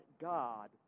God